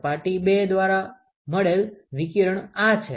સપાટી 2 દ્વારા મળેલ વિકિરણ આ છે